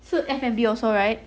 F&B also right